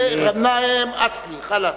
זה ע'נאים אסלי, חלאס.